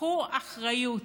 קחו אחריות,